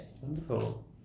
wonderful